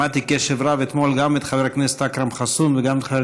שמעתי בקשב רב אתמול גם את חבר הכנסת אכרם חסון וגם את חבר